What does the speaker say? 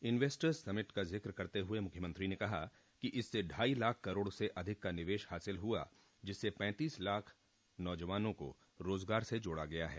investors summit का जिक्र करते हुये मुख्यमंत्री ने कहा कि इससे ढाई लाख करोड़ से अधिक का निवेश हासिल हुआ जिससे पैंतीस लाख नौजवानों को रोजगार से जोड़ा गया है